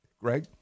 Greg